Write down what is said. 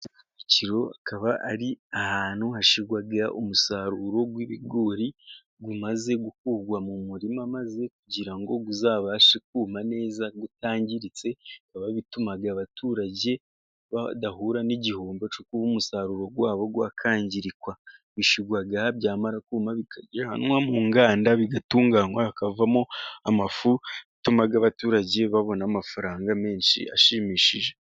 Iki rero akaba ari ahantu hashyirwa umusaruro w'ibigori umaze gukurwa mu murima, maze kugira ngo uzabashe kuma neza utangiritse, bikaba bituma abaturage badahura n'igihombo cyo kuba umusaruro wa bo wakwangirikwa. Bishyirwa aha, byamara kuma bikajyanwa mu nganda bigatunganywa, hakavamo amafu atuma abaturage babona amafaranga menshi ashimishije.